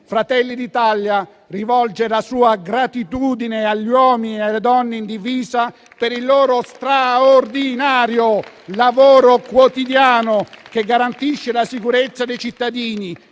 Fratelli d'Italia rivolge la sua gratitudine agli uomini e alle donne in divisa per il loro straordinario lavoro quotidiano, che garantisce la sicurezza dei cittadini.